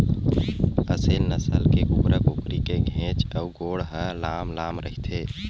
असेल नसल के कुकरा कुकरी के घेंच अउ गोड़ ह लांम लांम रहिथे